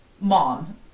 mom